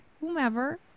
whomever